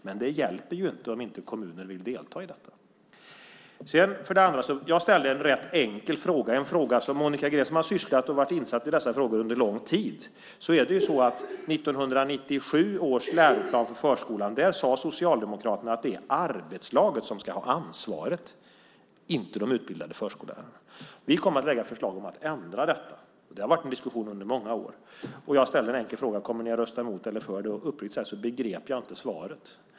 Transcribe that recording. Men det hjälper inte om en del kommuner inte vill delta i detta. Jag ställde en rätt enkel fråga till Monica Green som har sysslat med och varit insatt i dessa frågor under lång tid. I 1997 års läroplan för förskolan sade Socialdemokraterna att det är arbetslaget som ska ha ansvaret, inte de utbildade förskollärarna. Vi kommer att lägga fram förslag om att ändra detta. Det har varit en diskussion om detta under många år. Jag ställde den enkla frågan: Kommer ni att rösta mot eller för det? Uppriktigt sagt begrep jag inte svaret.